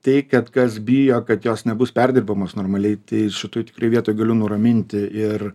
tai kad kas bijo kad jos nebus perdirbamos normaliai tai šitoj tikrai vietoj galiu nuraminti ir